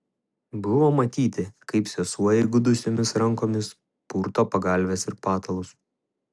buvo matyti kaip sesuo įgudusiom rankom purto pagalves ir patalus